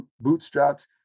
bootstraps